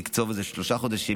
נקצוב לזה שלושה חודשים,